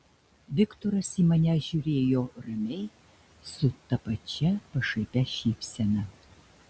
viktoras į mane žiūrėjo ramiai su ta pačia pašaipia šypsena